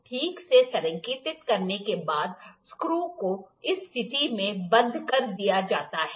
ठीक से संरेखित करने के बाद स्क्रू को इस स्थिति में बंद कर दिया जाता है